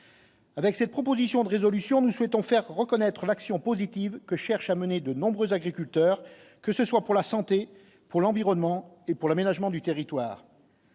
Avec cette proposition de résolution nous souhaitons faire reconnaître l'action positive que cherche à mener de nombreux agriculteurs, que ce soit pour la santé, pour l'environnement et pour l'aménagement du territoire.